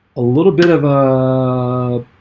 a little bit of a